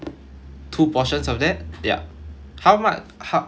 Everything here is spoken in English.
two portions of that yup how much how